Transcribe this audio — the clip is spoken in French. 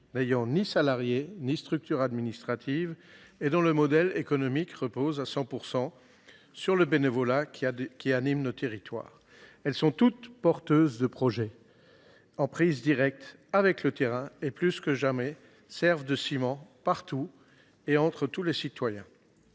n’ont ni salariés ni structures administratives et dont le modèle économique repose à 100 % sur le bénévolat animant nos territoires, toutes sont porteuses de projets, en prise directe avec le terrain. Plus que jamais, elles servent de ciment partout et entre tous les citoyens.